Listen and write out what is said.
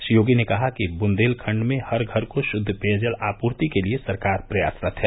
श्री योगी ने कहा कि बुन्देलखंड में हर घर को शुद्द पेयजल आपूर्ति के लिए सरकार प्रयासरत है